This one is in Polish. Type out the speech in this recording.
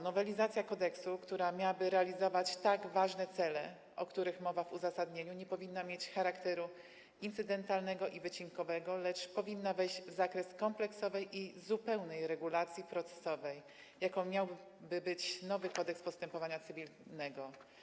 Nowelizacja kodeksu, która miałaby realizować tak ważne cele, o których mowa w uzasadnieniu, nie powinna mieć charakteru incydentalnego i wycinkowego, lecz powinna wejść w zakres kompleksowej i zupełnej regulacji procesowej, jaką miałby być nowy Kodeks postępowania cywilnego.